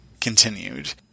continued